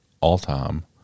all-time